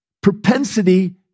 propensity